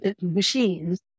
machines